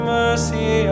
mercy